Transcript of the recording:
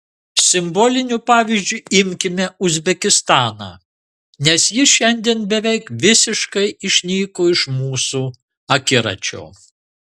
simboliniu pavyzdžiu imkime uzbekistaną nes jis šiandien beveik visiškai išnyko iš mūsų akiračio